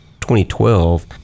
2012